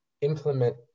implement